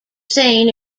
sane